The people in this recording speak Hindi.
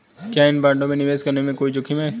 क्या इन बॉन्डों में निवेश करने में कोई जोखिम है?